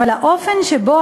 אבל האופן שבו,